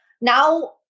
Now